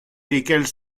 lesquels